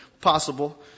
possible